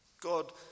God